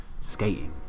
skating